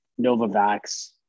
Novavax